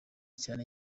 cyane